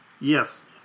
Yes